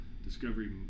discovery